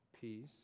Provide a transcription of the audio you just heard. Peace